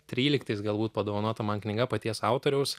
tryliktais galbūt padovanota man knyga paties autoriaus